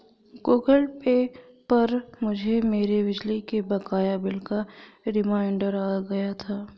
Google Pay पर मुझे मेरे बिजली के बकाया बिल का रिमाइन्डर आ गया था